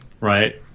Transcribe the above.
right